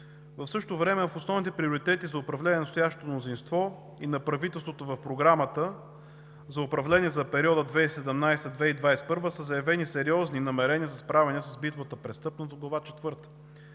в същото време в основните приоритети за управление на настоящото мнозинство и на правителството в Програмата за управление за периода 2017 – 2021 г. са заявени сериозни намерения за справяне с битовата престъпност – Глава